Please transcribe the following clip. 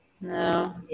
No